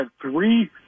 three